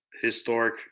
historic